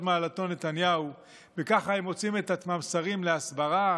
מעלתו נתניהו וככה הם מוצאים את עצמם שרים להסברה,